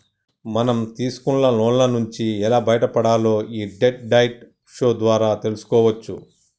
మనం తీసుకున్న లోన్ల నుంచి ఎలా బయటపడాలో యీ డెట్ డైట్ షో ద్వారా తెల్సుకోవచ్చు